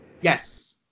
Yes